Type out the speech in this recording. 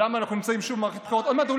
למה אנחנו נמצאים שוב במערכת בחירות,